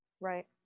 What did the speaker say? right